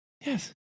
Yes